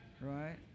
Right